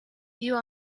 you